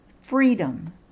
Freedom